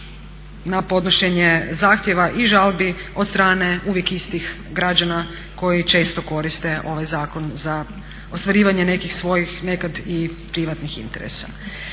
na podnošenje zahtjeva i žalbi od strane uvijek istih građana koji često koriste ovaj zakon za ostvarivanje nekih svojih, nekad i privatnih interesa.